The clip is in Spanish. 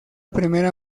primera